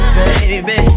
baby